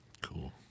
Cool